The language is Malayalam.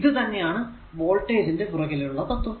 ഇത് തന്നെയാണ് വോൾടേജ് ന്റെ പുറകിലുള്ള തത്വം